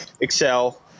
excel